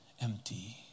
empty